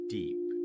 deep